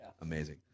Amazing